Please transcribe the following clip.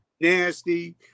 nasty